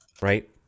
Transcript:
right